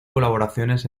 colaboraciones